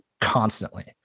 constantly